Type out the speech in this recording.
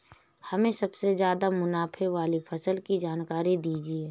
हमें सबसे ज़्यादा मुनाफे वाली फसल की जानकारी दीजिए